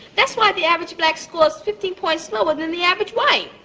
that's why the average black scores fifteen points lower than the average white.